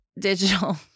digital